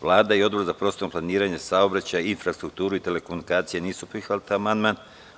Vlada i Odbor za prostorno planiranje, saobraćaj, infrastrukturu, telekomunikacije nisu prihvatili amandman.